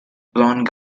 blonde